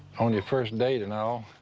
on your first date and all,